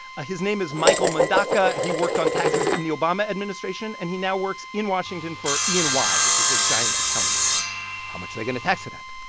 his name is michael mundaca. he worked on taxes in the obama administration, and he now works in washington for e and y, which is a giant accounting firm how much are they going to tax it at?